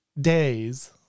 days